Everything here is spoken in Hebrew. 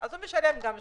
הוא משלם גם שם,